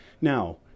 Now